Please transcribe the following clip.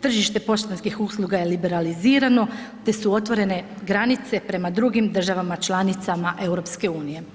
tržište poštanskih usluga je liberalizirano, te su otvorene granice prema drugim državama članicama EU.